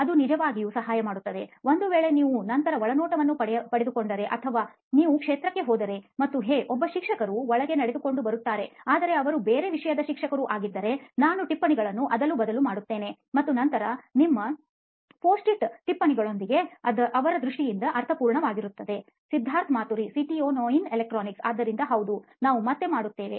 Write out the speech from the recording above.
ಅದು ನಿಜವಾಗಿಯೂ ಸಹಾಯ ಮಾಡುತ್ತದೆ ಒಂದು ವೇಳೆ ನೀವು ನಂತರ ಒಳನೋಟವನ್ನು ಪಡೆದುಕೊಂಡರೆ ಅಥವಾ ನೀವು ಕ್ಷೇತ್ರಕ್ಕೆ ಹೋದರೆ ಮತ್ತು ಹೇ ಒಬ್ಬ ಶಿಕ್ಷಕರು ಒಳಗೆ ನಡೆದುಕೊಂಡು ಬರುತ್ತಾರೆ ಆದರೆ ಅವರು ಬೇರೆ ವಿಷಯದ ಶಿಕ್ಷಕರು ಆಗಿದ್ದರೆನಾನು ಟಿಪ್ಪಣಿಗಳನ್ನು ಅದಲುಬದಲು ಮಾಡುತ್ತೇನೆ ಮತ್ತು ನಂತರ ನಿಮ್ಮ ಪೋಸ್ಟ್ ಇಟ್ ಟಿಪ್ಪಣಿಗಳೊಂದಿಗೆ ಅದು ಅವರ ದೃಷ್ಟಿಯಿಂದ ಅರ್ಥಪೂರ್ಣವಾಗಿರುತ್ತದೆ ಸಿದ್ಧಾರ್ಥ್ ಮಾತುರಿ ಸಿಇಒ ನೋಯಿನ್ ಎಲೆಕ್ಟ್ರಾನಿಕ್ಸ್ ಆದ್ದರಿಂದ ಹೌದು ನಾವು ಮತ್ತೆ ಮಾಡುತ್ತೇವೆ